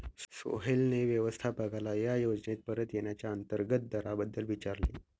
सोहेलने व्यवस्थापकाला या योजनेत परत येण्याच्या अंतर्गत दराबद्दल विचारले